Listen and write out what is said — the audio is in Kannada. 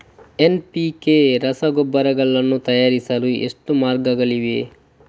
ಎನ್.ಪಿ.ಕೆ ರಸಗೊಬ್ಬರಗಳನ್ನು ತಯಾರಿಸಲು ಎಷ್ಟು ಮಾರ್ಗಗಳಿವೆ?